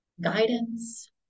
guidance